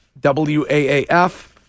WAAF